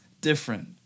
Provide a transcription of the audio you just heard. different